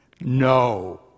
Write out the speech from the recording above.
No